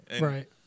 Right